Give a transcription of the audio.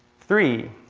three,